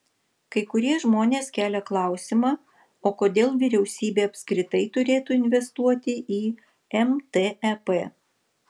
kai kurie žmonės kelia klausimą o kodėl vyriausybė apskritai turėtų investuoti į mtep